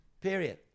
Period